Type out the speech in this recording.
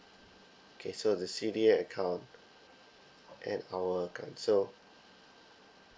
okay so the C_D_A account at our council